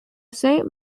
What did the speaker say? saint